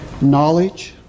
knowledge